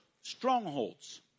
strongholds